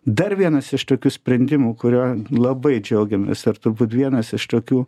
dar vienas iš tokių sprendimų kuriuo labai džiaugiamės ir turbūt vienas iš tokių